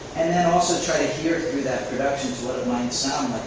and then also try to hear through that production to what it might sound